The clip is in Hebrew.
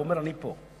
ואומר: אני פה.